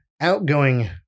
outgoing